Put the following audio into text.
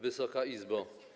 Wysoka Izbo!